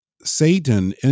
Satan